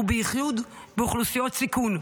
בייחוד באוכלוסיות סיכון,